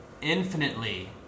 infinitely